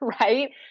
right